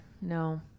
No